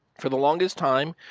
for the longest time,